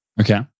okay